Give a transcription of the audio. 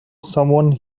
someone